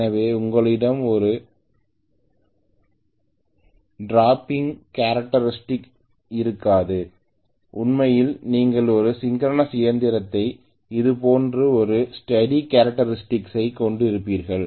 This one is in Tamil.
எனவே உங்களிடம் ஒரு டிராப்பிங் கேரக்டர்ஸ்டிக் இருக்காது உண்மையில் நீங்கள் ஒரு சிங்க்கிரனஸ் இயந்திரத்தில் இது போன்ற ஒரு ஸ்டடி கேரக்டர்ஸ்டிக் ஐ கொண்டிருப்பீர்கள்